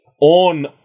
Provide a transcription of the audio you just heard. On